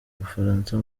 bufaransa